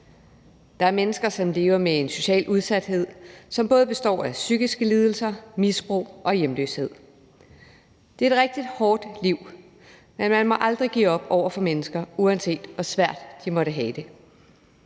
Der er mennesker, der lever med en socialt udsathed, som både består af psykiske lidelser, misbrug og hjemløshed. Det er et rigtig hårdt liv, men man må aldrig give op over for mennesker, uanset hvor svært de måtte have det.